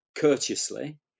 courteously